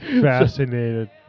Fascinated